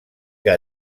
que